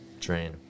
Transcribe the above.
drain